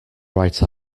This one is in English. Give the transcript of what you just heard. write